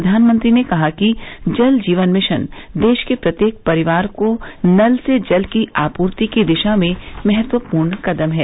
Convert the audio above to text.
प्रधानमंत्री ने कहा कि जल जीवन मिशन देश के प्रत्येक परिवार को नल से जल की आपूर्ति की दिशा में महत्वपूर्ण कदम है